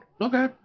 Okay